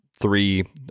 three